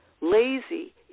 lazy